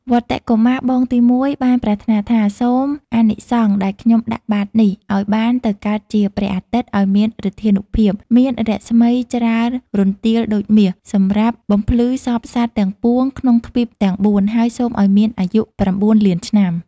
វត្តិ កុមារ (បងទីមួយ) បានប្រាថ្នាថា "សូមអានិសង្សដែលខ្ញុំដាក់បាត្រនេះ ឱ្យបានទៅកើតជា ព្រះអាទិត្យ ឱ្យមានឫទ្ធានុភាព មានរស្មីច្រាលរន្ទាលដូចមាស សម្រាប់បំភ្លឺសព្វសត្វទាំងពួងក្នុងទ្វីបទាំង ៤ ហើយសូមឱ្យមានអាយុ ៩ លានឆ្នាំ"។